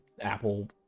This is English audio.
Apple